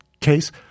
case